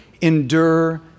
endure